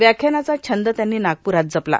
व्याख्यानाचा छंद त्यांनी नागप्रात जपला